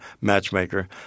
matchmaker